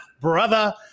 brother